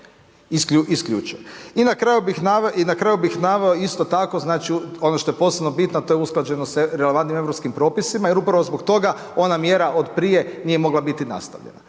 I na kraju bih naveo isto tako, znači ono što je posebno bitno, a to je usklađenost sa relevantnim europskim propisima, jer upravo zbog toga ona mjera od prije nije mogla biti nastavljena.